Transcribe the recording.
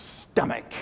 stomach